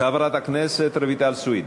חברת הכנסת רויטל סויד,